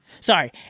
Sorry